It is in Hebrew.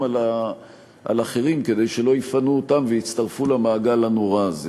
על אחרים כדי שלא יפנו אותם והם לא יצטרפו למעגל הנורא הזה.